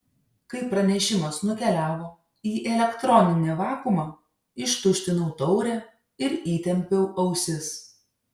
kai pranešimas nukeliavo į elektroninį vakuumą ištuštinau taurę ir įtempiau ausis